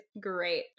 great